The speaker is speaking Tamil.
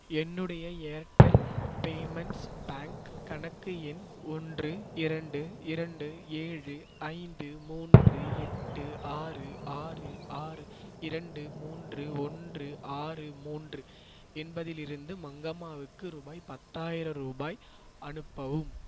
என்னுடைய ஏர்டெல் பேமெண்ட்ஸ் பேங்க் கணக்கு எண் ஒன்று இரண்டு இரண்டு ஏழு ஐந்து மூன்று எட்டு ஆறு ஆறு ஆறு இரண்டு மூன்று ஒன்று ஆறு மூன்று என்பதிலிருந்து மங்கம்மாவுக்கு ரூபாய் பத்தாயிரம் ரூபாய் அனுப்பவும்